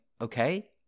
okay